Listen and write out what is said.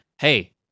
hey